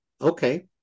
Okay